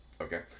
Okay